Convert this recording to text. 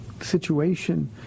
situation